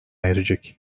erecek